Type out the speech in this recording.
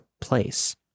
place